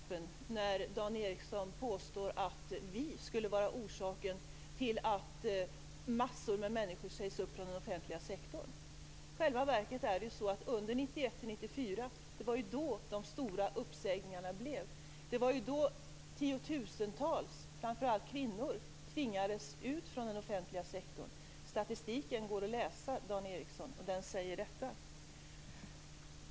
Fru talman! Det är kanske min tur att bli häpen när Dan Ericsson påstår att vi skulle vara orsaken till att massor av människor sägs upp i den offentliga sektorn. I själva verket var det under 1991-1994 som de stora uppsägningarna skedde. Det var då tiotusentals människor, framför allt kvinnor, tvingades ut från den offentliga sektorn. Statistiken går att läsa, Dan Ericsson, och den säger detta.